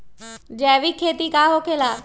जैविक खेती का होखे ला?